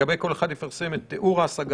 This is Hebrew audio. לגבי כל אחד יפרסם את תיאור ההשגה,